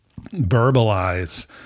verbalize